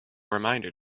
reminder